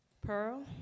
Pearl